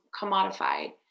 commodified